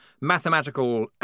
mathematical